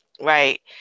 right